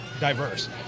diverse